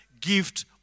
gift